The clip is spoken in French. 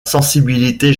sensibilité